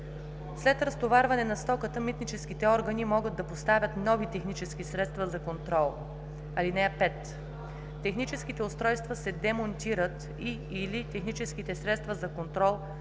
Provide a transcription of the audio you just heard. След разтоварване на стоката митническите органи могат да поставят нови технически средства за контрол. (5) Техническите устройства се демонтират и/или техническите средства за контрол